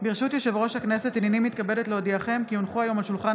ביימו לו איזשהו בית כלא,